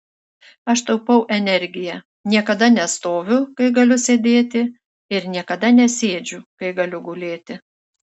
aš taupau energiją niekada nestoviu kai galiu sėdėti ir niekada nesėdžiu kai galiu gulėti